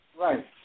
Right